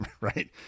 right